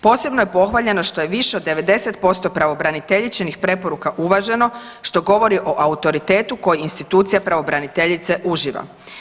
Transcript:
Posebno je pohvaljeno što je više od 90% pravobraniteljičinih preporuka uvaženo što govori o autoritetu koji institucija pravobraniteljice uživa.